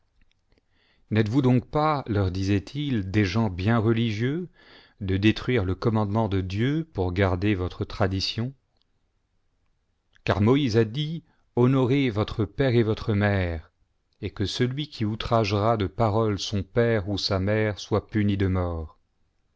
vous donc pas leur disait-il des gens bien religieux j de détruire le commandement de dieu pour garder votre tradition car moïse a dit honorez votre père et votre mère et que celui qui outrag'ra de paroles son père ou sa mère soit puni de mort